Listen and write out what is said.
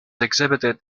exhibited